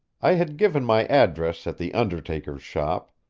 i had given my address at the undertaker's shop,